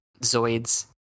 Zoid's